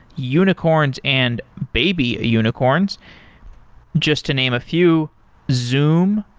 unicorns and baby unicorns just to name a few zoom,